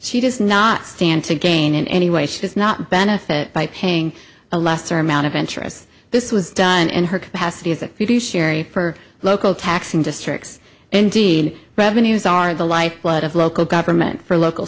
she does not stand to gain in any way she does not benefit by paying a lesser amount of interest this was done in her capacity as a few sherry for local taxing districts indeed revenues are the lifeblood of local government for local